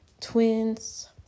twins